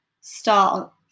start